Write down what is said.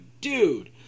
dude